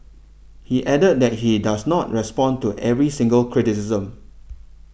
he added that he does not respond to every single criticism